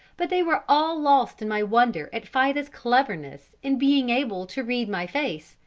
but they were all lost in my wonder at fida's cleverness in being able to read my face,